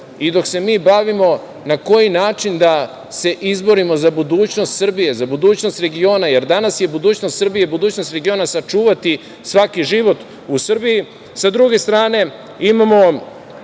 i dok se mi bavimo time na koji način da se izborimo za budućnost Srbije, za budućnost regiona, jer danas je budućnost Srbije i budućnost regiona sačuvati svaki život u Srbiji, sa druge strane imamo